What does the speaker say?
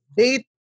date